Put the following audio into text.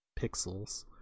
pixels